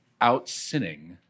out-sinning